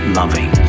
loving